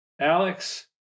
Alex